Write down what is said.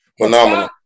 Phenomenal